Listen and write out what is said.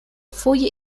foje